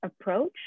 approach